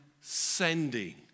sending